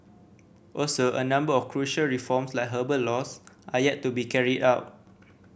also a number of crucial reforms like labour laws are yet to be carried out